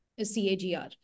CAGR